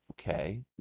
Okay